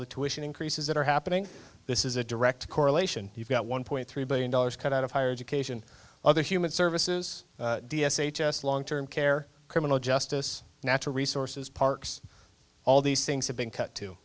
the tuition increases that are happening this is a direct correlation you've got one point three billion dollars cut out of higher education other human services d s h us long term care criminal justice natural resources parks all these things have been cut to